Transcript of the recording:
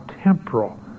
temporal